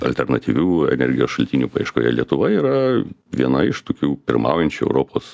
alternatyvių energijos šaltinių paieškoje lietuva yra viena iš tokių pirmaujančių europos